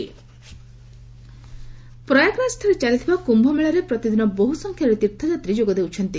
କ୍ନମ୍ଭମେଳା ପ୍ରୟାଗରାଜଠାରେ ଚାଲିଥିବା କ୍ୟୁମେଳାରେ ପ୍ରତିଦିନ ବହୁ ସଂଖ୍ୟାରେ ତୀର୍ଥଯାତ୍ରୀ ଯୋଗଦେଉଛନ୍ତି